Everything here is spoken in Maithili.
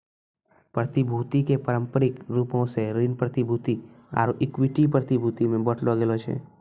प्रतिभूति के पारंपरिक रूपो से ऋण प्रतिभूति आरु इक्विटी प्रतिभूति मे बांटलो गेलो छै